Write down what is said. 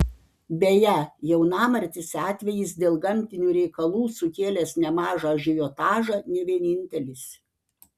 beje jaunamartės atvejis dėl gamtinių reikalų sukėlęs nemažą ažiotažą ne vienintelis